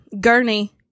Gurney